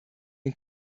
den